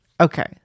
Okay